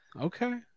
Okay